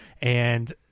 And-